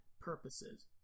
purposes